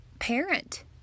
parent